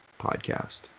podcast